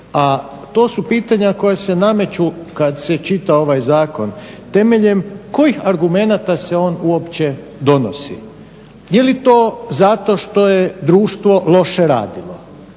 to su pitanja koja se nameću kada se čita ovaj zakon. Temeljem kojih argumenata se on uopće donosi? Jeli to zato što je društvo loše radilo?